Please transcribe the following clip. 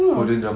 no